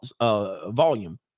volume